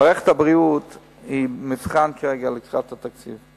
מערכת הבריאות היא במבחן כרגע לקראת התקציב.